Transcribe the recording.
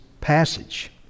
passage